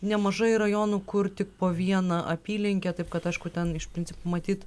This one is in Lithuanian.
nemažai rajonų kur tik po vieną apylinkę taip kad aišku ten iš principo matyt